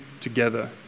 together